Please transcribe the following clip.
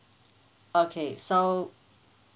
okay so